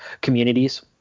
communities